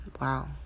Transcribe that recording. wow